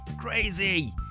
crazy